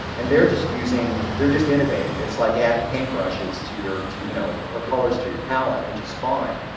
and they're just using, they're just innovating. it's like adding paintbrushes to your to you know or colors to your palette, which is fine.